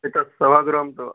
एतत् समग्रं तु